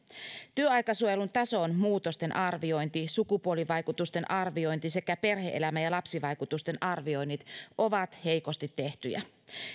työaikasuojelun tason muutosten arviointi sukupuolivaikutusten arviointi sekä perhe elämä ja lapsivaikutusten arvioinnit ovat heikosti tehtyjä